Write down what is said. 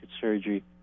surgery